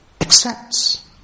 accepts